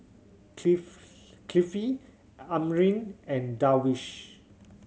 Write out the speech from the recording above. Kifli Amrin and Darwish